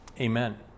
amen